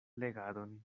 legadon